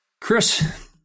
Chris